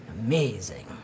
Amazing